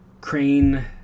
Crane